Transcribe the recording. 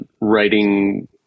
writing